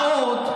מה עוד,